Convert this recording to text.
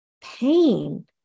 pain